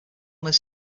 miss